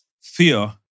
fear